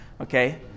Okay